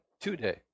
today